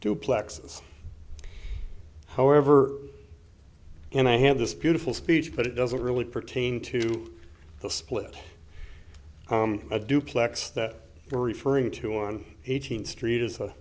duplex however and i have this beautiful speech but it doesn't really pertain to the split a duplex that we're referring to on eighteenth street is a